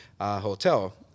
Hotel